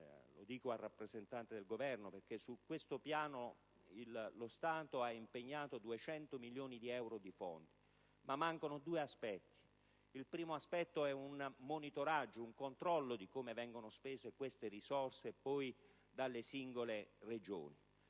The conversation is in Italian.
lo dico al rappresentante del Governo: su questo piano lo Stato ha impegnato 200 milioni di euro di fondi, ma mancano due aspetti. Il primo è un monitoraggio e un controllo sul modo in cui vengono spese queste risorse dalle singole Regioni.